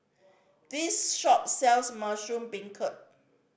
this shop sells mushroom beancurd